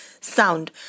sound